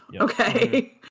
Okay